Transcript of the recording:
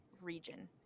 region